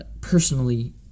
personally